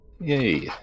Yay